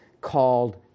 called